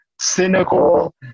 cynical